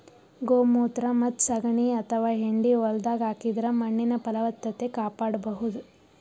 ಗೋಮೂತ್ರ ಮತ್ತ್ ಸಗಣಿ ಅಥವಾ ಹೆಂಡಿ ಹೊಲ್ದಾಗ ಹಾಕಿದ್ರ ಮಣ್ಣಿನ್ ಫಲವತ್ತತೆ ಕಾಪಾಡಬಹುದ್